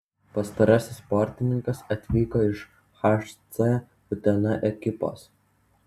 pastarasis sportininkas atvyko iš hc utena ekipos